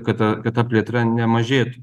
kad ta kad ta plėtra nemažėtų